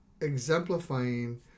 exemplifying